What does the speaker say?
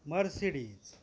Mercedes